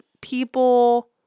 people